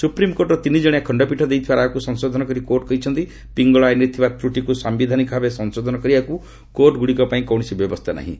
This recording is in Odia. ସୁପ୍ରିମ୍କୋର୍ଟର ତିନିଜଣିଆ ଖଣ୍ଡପୀଠ ଦେଇଥିବା ରାୟକୁ ସଂଶୋଧନ କରି କୋର୍ଟ କହିଛନ୍ତି ପିଙ୍ଗଳ ଆଇନରେ ଥିବା ତ୍ରଟିକୁ ସାମ୍ବିଧାନିକ ଭାବେ ସଂଶୋଧନ କରିବାକୁ କୋର୍ଟଗୁଡ଼ିକପାଇଁ କୌଣସି ବ୍ୟବସ୍ଥା ନାହିଁ